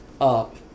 up